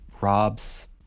robs